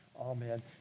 Amen